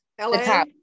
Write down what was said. LA